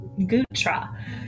Gutra